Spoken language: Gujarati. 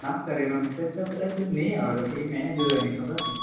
હા સર એનો મેસેજ તો કદાચ નહીં આવેલો કે મેં જોયો નહીં ખબર નહીં